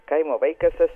kaimo vaikas esu